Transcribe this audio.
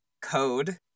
code